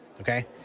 Okay